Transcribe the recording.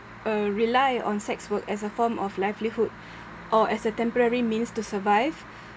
uh rely on sex work as a form of livelihood or as a temporary means to survive